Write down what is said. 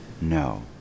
No